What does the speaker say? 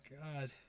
God